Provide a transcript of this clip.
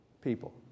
people